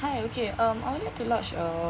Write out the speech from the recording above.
hi okay um I would like to lodge a